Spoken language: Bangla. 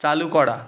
চালু করা